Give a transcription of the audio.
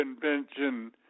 convention